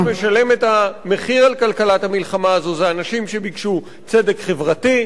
מי שמשלם את המחיר על כלכלת המלחמה הזאת זה האנשים שביקשו צדק חברתי,